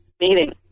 meeting